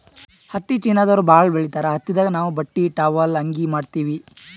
ಹತ್ತಿ ಚೀನಾದವ್ರು ಭಾಳ್ ಬೆಳಿತಾರ್ ಹತ್ತಿದಾಗ್ ನಾವ್ ಬಟ್ಟಿ ಟಾವೆಲ್ ಅಂಗಿ ಮಾಡತ್ತಿವಿ